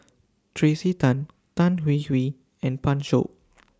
Tracey Tan Tan Hwee Hwee and Pan Shou